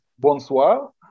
Bonsoir